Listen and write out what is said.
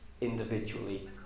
individually